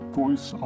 voice